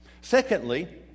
Secondly